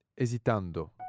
hesitando